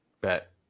Bet